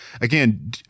again